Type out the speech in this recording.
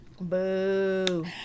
Boo